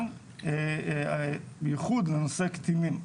גם, בייחוד בנושא קטינים.